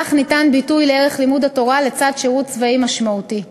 כך ניתן ביטוי לערך לימוד התורה לצד שירות צבאי משמעותי.